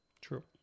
True